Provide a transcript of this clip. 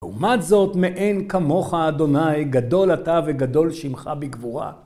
לעומת זאת, מאין כמוך אדוני, גדול אתה וגדול שמך בגבורה.